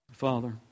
Father